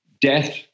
death